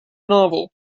novel